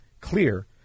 clear